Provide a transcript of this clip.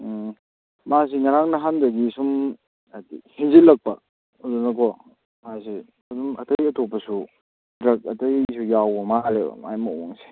ꯎꯝ ꯃꯥꯁꯤ ꯉꯔꯥꯡ ꯅꯍꯥꯟꯗꯒꯤ ꯁꯨꯝ ꯍꯦꯟꯖꯤꯜꯂꯛꯄ ꯑꯗꯨꯗꯀꯣ ꯃꯥꯁꯦ ꯁꯨꯝ ꯑꯇꯩ ꯑꯇꯣꯞꯄꯁꯨ ꯗ꯭ꯔꯒ ꯑꯇꯩꯁꯨ ꯌꯥꯎꯕ ꯃꯥꯜꯂꯦꯕ ꯃꯥꯏ ꯃꯑꯣꯡꯁꯦ